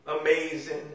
amazing